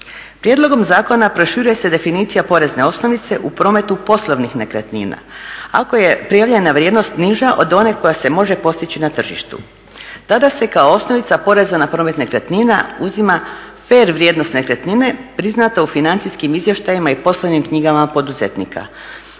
Prijedlogom zakona proširuje se definicija porezne osnovice u prometu poslovnih nekretnina. Ako je prijavljena vrijednost niža od one koja se može postići na tržištu, tada se kao osnovica poreza na promet nekretnina uzima fer vrijednost nekretnine priznata u financijskim izvještajima i poslovnim knjigama poduzetnika